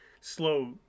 slow